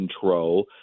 control